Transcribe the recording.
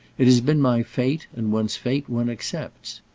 it has been my fate, and one's fate one accepts.